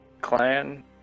clan